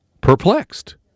perplexed